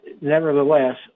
nevertheless